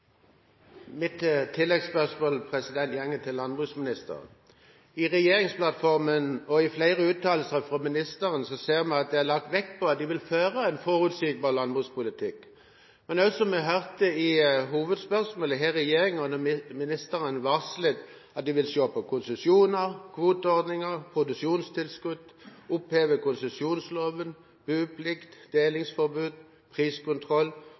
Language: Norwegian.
Mitt oppfølgingsspørsmål går til landbruksministeren. I regjeringsplattformen og i flere uttalelser fra ministeren ser vi at det er lagt vekt på at de vil føre en forutsigbar landbrukspolitikk. Men, som vi også hørte i hovedspørsmålet, har regjeringen og ministeren varslet at de vil se på konsesjoner, kvoteordninger og produksjonstilskudd, oppheve konsesjonsloven, boplikt, delingsforbud og priskontroll